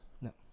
No